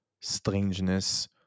strangeness